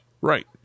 Right